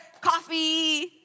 coffee